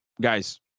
guys